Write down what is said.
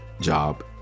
job